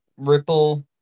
ripple